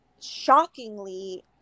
shockingly